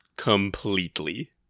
completely